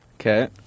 Okay